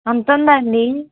అంత ఉందా అండి